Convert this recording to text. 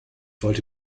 wollte